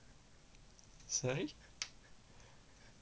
sorry